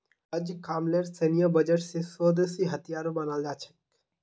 अजकामलेर सैन्य बजट स स्वदेशी हथियारो बनाल जा छेक